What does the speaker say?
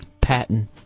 Patton